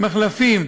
מחלפים,